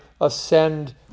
ascend